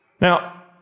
Now